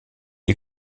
est